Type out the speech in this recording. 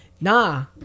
nah